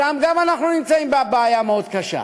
שם גם אנחנו נמצאים בבעיה מאוד קשה,